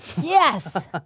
Yes